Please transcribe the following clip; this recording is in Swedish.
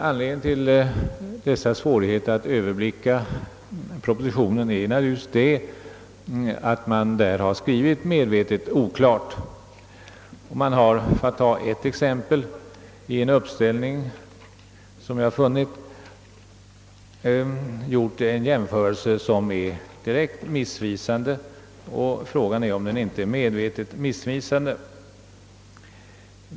Anledningen till dessa svårigheter att överblicka propositionen är att den har skrivits oklart. Man har t.ex. i en uppställning som jag funnit gjort en direkt missvisande jämförelse, och frågan är om den inte också är medvetet missvisande.